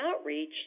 outreach